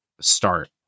start